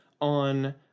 on